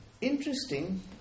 Interesting